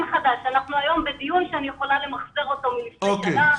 אנחנו היום בדיון שאני יכולה למחזר אותו מלפני שנה,